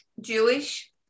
Jewish